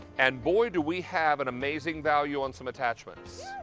and boy do we have an amazing value on some attachments.